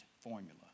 formula